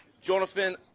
Jonathan